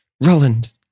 Roland